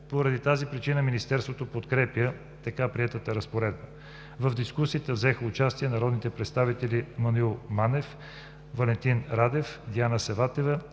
Поради тази причина Министерството подкрепя така приетата разпоредба. В дискусията взеха участие народните представители Маноил Манев, Валентин Радев, Диана Саватева